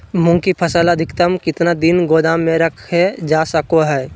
मूंग की फसल अधिकतम कितना दिन गोदाम में रखे जा सको हय?